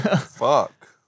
Fuck